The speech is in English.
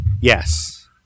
Yes